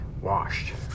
washed